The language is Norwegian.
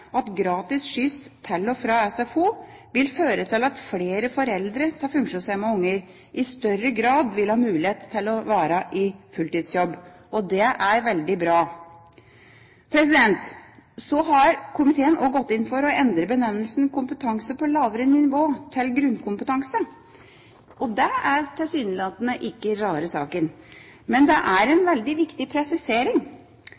at gratis skyss til og fra SFO vil føre til at flere foreldre til funksjonshemmede barn i større grad vil ha mulighet til å være i fulltidsjobb, og det er veldig bra. Så har komiteen også gått inn for å endre benevnelsen «kompetanse på lavere nivå» til «grunnkompetanse». Dette er tilsynelatende ikke rare saken, men det er